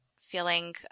feeling